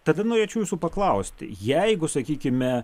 tada norėčiau jūsų paklausti jeigu sakykime